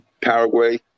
Paraguay